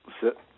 sit